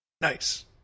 Nice